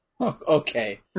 Okay